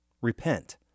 Repent